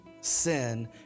sin